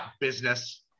business